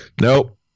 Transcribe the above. Nope